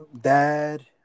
Dad